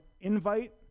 invite